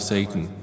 Satan